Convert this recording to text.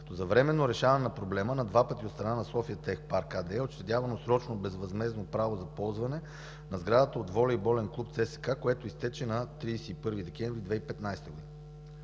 за временно решаване на проблема на два пъти от страна на „София тех парк” АД е учредявано срочно безвъзмездно право на ползване на сградата от волейболен клуб ЦСКА, което изтече на 31 декември 2015 г.